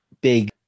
big